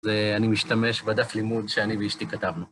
ואני משתמש בדף לימוד שאני ואשתי כתבנו.